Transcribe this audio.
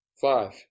Five